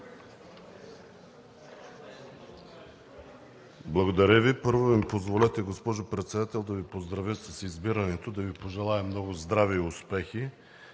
Благодаря Ви. Първо ми позволете, госпожо Председател, да Ви поздравя с избирането! Да Ви пожелая много здраве и успехи,